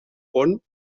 pont